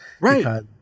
right